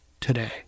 today